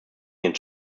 den